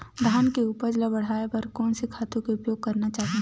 धान के उपज ल बढ़ाये बर कोन से खातु के उपयोग करना चाही?